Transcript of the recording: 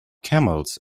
camels